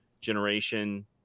generation